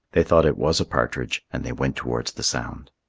they thought it was a partridge, and they went towards the sound.